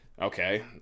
okay